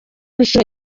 nshuro